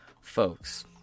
Folks